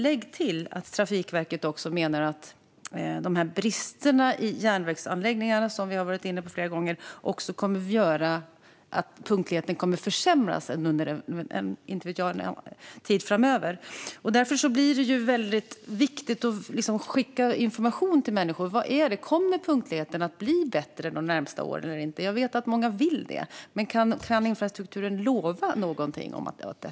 Lägg till det att Trafikverket menar att bristerna i järnvägsanläggningarna, som vi har varit inne på flera gånger, kommer att leda till att punktligheten kommer att försämras under en tid framöver. Det blir därför viktigt att skicka information till människor. Kommer punktligheten att bli bättre de närmaste åren eller inte? Jag vet att många vill det. Men kan infrastrukturministern lova något om det?